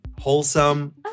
wholesome